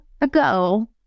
ago